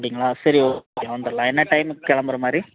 அப்படிங்களா சரி ஓகேங்க வந்துரலாம் என்ன டைமுக்கு கிளம்புற மாதிரி